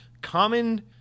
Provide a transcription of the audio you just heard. common